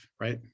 right